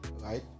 right